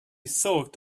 thought